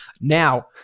Now